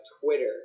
Twitter